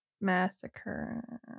massacre